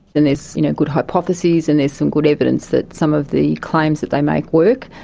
and there's you know good hypotheses and there's some good evidence that some of the claims that they make work,